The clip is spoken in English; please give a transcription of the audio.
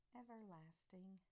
everlasting